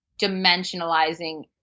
dimensionalizing